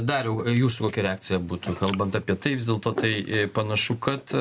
dariau jūsų reakcija būtų kalbant apie tai vis dėlto tai panašu kad